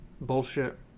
bullshit